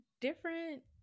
different